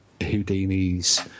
houdini's